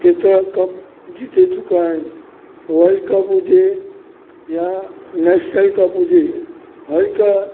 केतिरा कप जीते चुका आहिनि वर्ड कप हुजे या नेश्नल कप हुजे हर का